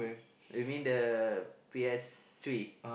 you mean the P_S three